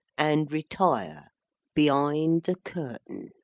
and retire behind the curtain.